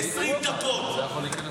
20 דקות עושה,